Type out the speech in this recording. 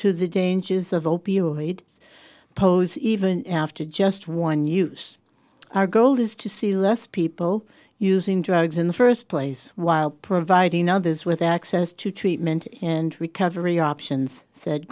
to the dangers of opioids pose even after just one use our goal is to see less people using drugs in the first place while providing others with access to treatment and recovery options said